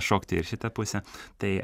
šokti į šitą pusę tai